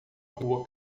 rua